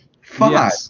Five